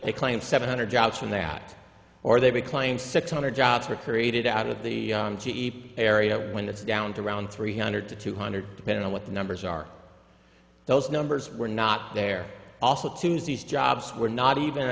they claimed seven hundred jobs from that or they would claim six hundred jobs were created out of the cheap area when it's down to around three hundred to two hundred depending on what the numbers are those numbers were not there also tunes these jobs were not even